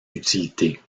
utilité